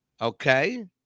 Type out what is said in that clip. Okay